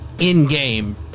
In-game